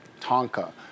Tonka